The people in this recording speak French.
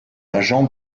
agent